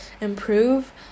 improve